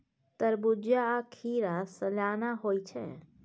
तरबूज्जा आ खीरा सलियाना होइ छै